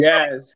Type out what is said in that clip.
Yes